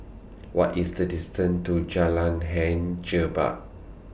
What IS The distance to Jalan Hang Jebat